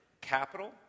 capital